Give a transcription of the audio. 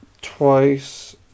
twice